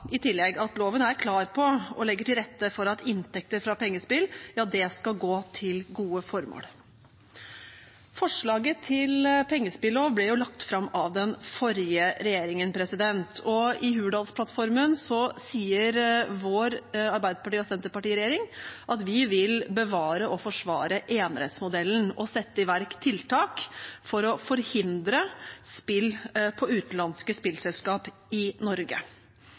at loven er klar på og legger til rette for at inntekter fra pengespill skal gå til gode formål. Forslaget til pengespillov ble lagt fram av den forrige regjeringen, og i Hurdalsplattformen sier Arbeiderparti–Senterparti-regjeringen at vi vil bevare og forsvare enerettsmodellen og sette i verk tiltak for å forhindre spill på utenlandske spillselskaper i Norge.